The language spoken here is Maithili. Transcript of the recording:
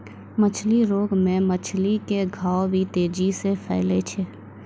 मछली रोग मे मछली के घाव भी तेजी से फैलै छै